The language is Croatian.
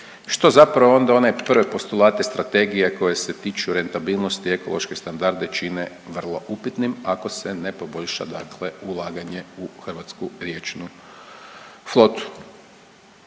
što zapravo onda one prve postulate strategije koje se tiču rentabilnosti, ekološke standarde čine vrlo upitnim ako se ne poboljša, dakle ulaganje u hrvatsku riječnu flotu.